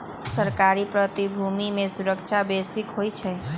सरकारी प्रतिभूति में सूरक्षा बेशिए होइ छइ